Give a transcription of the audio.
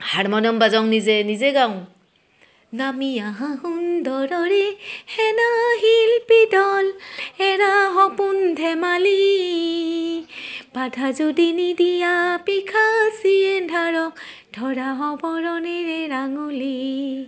harmonium বাজং নিজে নিজে গাওঁ নামি আহা সুন্দৰৰে সেনা শিল্পীদল এৰা সপোন ধেমালি বাধা যদি নিদিয়া পিশাচি এন্ধাৰক ধৰা সবৰণেৰে ৰাঙলী